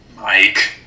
Mike